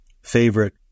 favorite